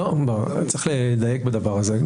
צריך לדייק בדבר הזה.